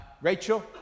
Rachel